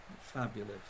fabulous